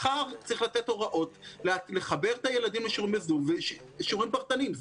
מחר צריך לתת הוראות לחבר את הילדים לשיעורים בזום ושיעורים פרטניים,